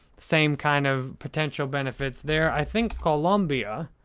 same kind of potential benefits there. i think columbia,